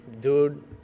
Dude